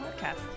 Podcast